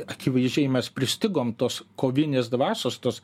akivaizdžiai mes pristigom tos kovinės dvasios tos